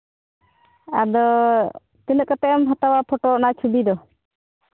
ᱟᱫᱚ ᱛᱤᱱᱟᱹᱜ ᱠᱟᱛᱮᱫ ᱮᱢ ᱦᱟᱛᱟᱣᱟ ᱯᱷᱳᱴᱳ ᱚᱱᱟ ᱪᱷᱚᱵᱤ ᱫᱚ